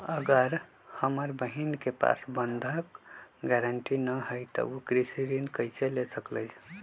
अगर हमर बहिन के पास बंधक गरान्टी न हई त उ कृषि ऋण कईसे ले सकलई ह?